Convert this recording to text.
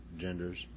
genders